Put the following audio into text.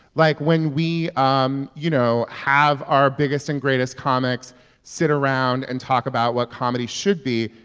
like when we, um you know, have our biggest and greatest comics sit around and talk about what comedy should be,